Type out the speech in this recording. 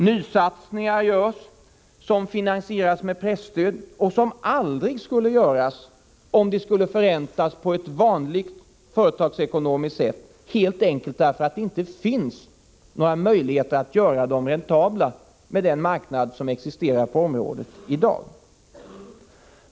Nysatsningar finansieras med presstöd, men dessa skulle aldrig göras om de skulle förräntas på ett vanligt företagsekonomiskt sätt, helt enkelt därför att det inte finns några möjligheter att göra dem räntabla med den marknad som i dag existerar på området.